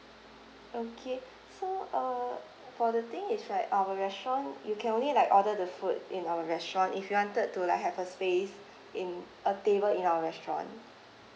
okay so uh for the thing is right our restaurant you can only like order the food in our restaurant if you wanted to like have a space in a table in our restaurant